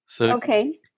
Okay